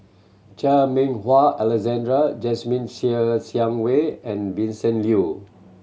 Chan Meng Wah Alexander Jasmine Ser Xiang Wei and Vincent Leow